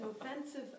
offensive